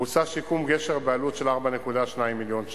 בוצע שיקום גשר בעלות של 4.2 מיליון שקלים.